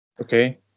okay